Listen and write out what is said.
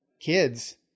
kids